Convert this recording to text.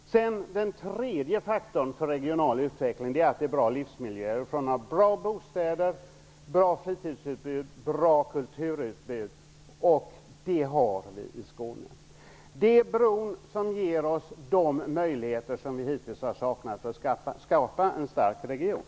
För det tredje är en faktor för regional utveckling att det finns bra livsmiljöer, i form av bra bostäder, bra fritidsutbud och bra kulturutbud. Det har vi i Skåne. Det är bron som ger oss de möjligheter som vi hittills har saknat för att skapa en stark region.